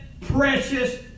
precious